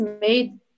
made